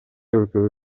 өлкөгө